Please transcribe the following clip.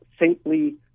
saintly